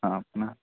आम् पुनः